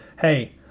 hey